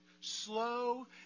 slow